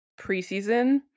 preseason